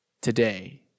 Today